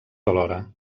alhora